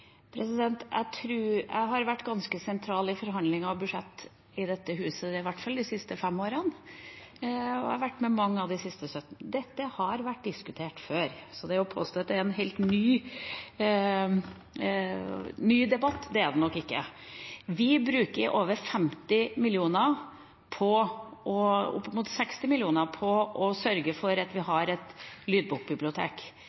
Jeg har vært ganske sentral i forhandlinger av budsjett i dette huset i hvert fall de siste fem årene, og jeg har vært med på mange av de siste 17. Dette har vært diskutert før. Så det å påstå at det er en helt ny debatt, er nok ikke riktig. Vi bruker opp mot 60 mill. kr på å sørge for at vi